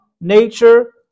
nature